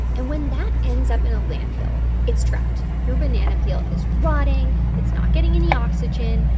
and when that ends up in a landfill, it's trapped. your banana peel is rotting. it's not getting any oxygen.